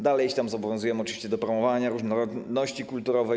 Dalej znowu zobowiązujemy się oczywiście do promowania różnorodności kulturowej.